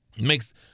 makes